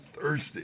thirsty